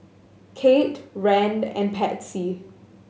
Kate Rand and Patsy